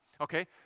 okay